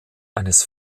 eines